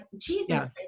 Jesus